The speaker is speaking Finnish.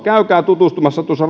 käykää tutustumassa tuossa